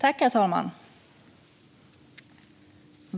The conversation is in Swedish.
Herr talman!